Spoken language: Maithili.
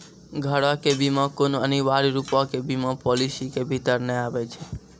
घरो के बीमा कोनो अनिवार्य रुपो के बीमा पालिसी के भीतर नै आबै छै